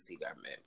government